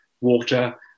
water